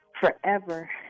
forever